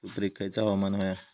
सुपरिक खयचा हवामान होया?